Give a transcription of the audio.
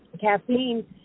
caffeine